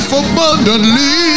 abundantly